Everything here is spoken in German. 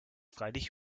freilich